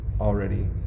already